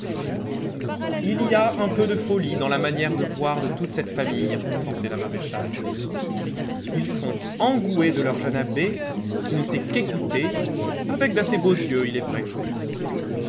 il y a un peu de folie dans la manière de voir de toute cette famille pensait la maréchale ils sont engoués de leur jeune abbé qui ne sait qu'écouter avec d'assez beaux yeux il est vrai